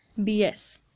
bs